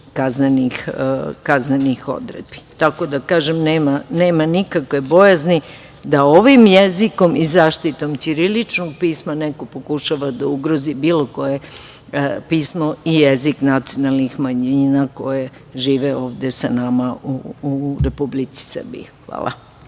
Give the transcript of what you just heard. kaznenih odredbi. Tako da, kažem, nema nikakve bojazni da ovim jezikom i zaštitom ćiriličnog pisma neko pokušava da ugrozi bilo koje pismo i jezik nacionalnih manjina koje žive ovde sa nama u Republici Srbiji. Hvala.